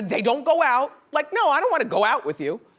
they don't go out. like no, i don't wanna go out with you.